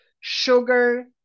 sugar